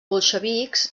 bolxevics